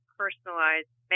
personalized